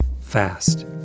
fast